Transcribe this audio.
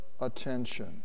attention